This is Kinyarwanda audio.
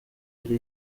yari